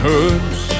Hoods